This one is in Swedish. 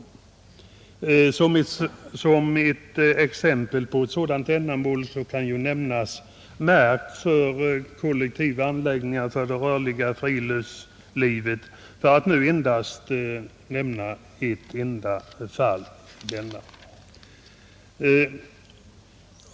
Som ett exempel på sådant ändamål kan nämnas mark för kollektiva anläggningar för det rörliga friluftslivet — för att nu endast nämna ett enda fall.